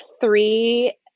three